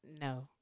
No